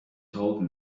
told